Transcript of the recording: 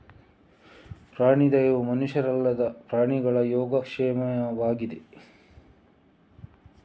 ಪ್ರಾಣಿ ದಯೆಯು ಮನುಷ್ಯರಲ್ಲದ ಪ್ರಾಣಿಗಳ ಯೋಗಕ್ಷೇಮವಾಗಿದೆ